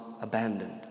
abandoned